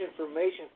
information